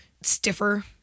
stiffer